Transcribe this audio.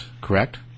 correct